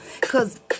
Cause